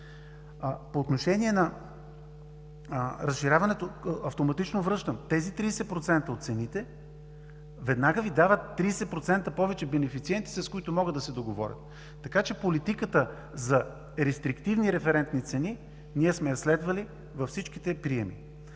По отношение на разширяването, автоматично връщам – тези 30% от цените веднага Ви дават 30% повече бенефициенти, с които могат да се договорят, така че политиката за рестриктивни референтни цени ние сме я следвали във всичките приеми.